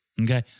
Okay